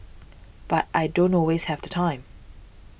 but I don't always have the time